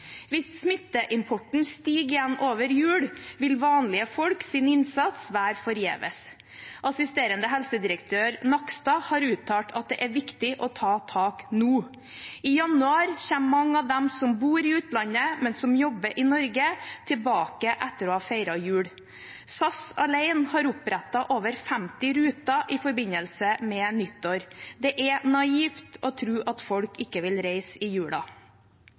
Hvis smitteimporten stiger igjen over jul, vil vanlige folks innsats være forgjeves. Assisterende helsedirektør Nakstad har uttalt at det er viktig å ta tak nå. I januar kommer mange av dem som bor i utlandet, men som jobber i Norge, tilbake etter å ha feiret jul. SAS alene har opprettet over 50 ruter i forbindelse med nyttår. Det er naivt å tro at folk ikke vil reise i